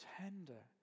tender